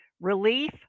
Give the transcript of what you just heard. relief